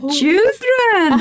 children